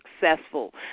successful